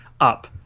up